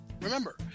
Remember